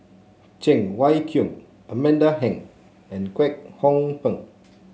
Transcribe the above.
Cheng Wai Keung Amanda Heng and Kwek Hong Png